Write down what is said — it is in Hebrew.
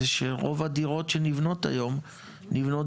זה שרוב הדירות שנבנות היום נבנות